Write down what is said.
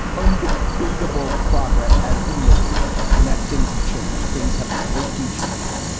undebatable progress has been made and that things have changed. things have greatly changed.